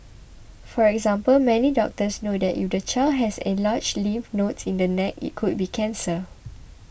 for example many doctors know that if the child has enlarged lymph nodes in the neck it could be cancer